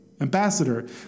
ambassador